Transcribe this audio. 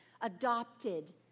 adopted